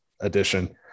edition